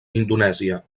indonèsia